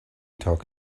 talk